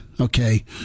Okay